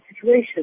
situation